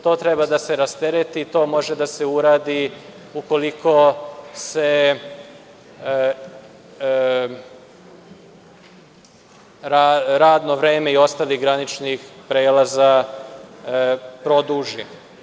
To treba da se rastereti i to može da se uradi ukoliko se radno vreme ostalih graničnih prelaza produži.